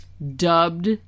Dubbed